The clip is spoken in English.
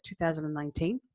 2019